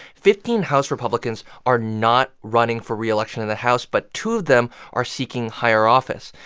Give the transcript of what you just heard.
fifteen house republicans are not running for reelection in the house, but two of them are seeking higher office.